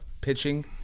pitching